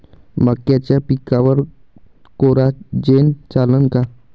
मक्याच्या पिकावर कोराजेन चालन का?